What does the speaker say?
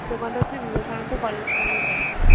দোকানটা হচ্ছে বিবেকানন্দ কলেজ মোড়ের কাছে